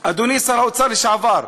אדוני שר האוצר לשעבר,